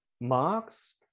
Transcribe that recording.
Marx